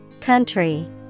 Country